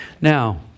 Now